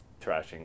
trashing